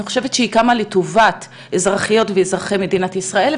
אני חושבת שהיא קמה לטובת אזרחיות ואזרחי מדינת ישראל,